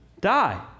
Die